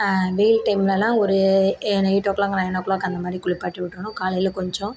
வெயில் டைம்லலான் ஒரு எயிட்டோ கிளாக் நயனோ கிளாக் அந்தமாதிரி குளிப்பாட்டி விட்டுறணும் காலையில கொஞ்சம்